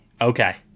Okay